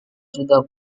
sudah